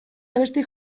abesti